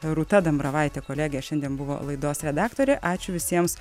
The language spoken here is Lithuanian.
rūta dambravaitė kolegė šiandien buvo laidos redaktorė ačiū visiems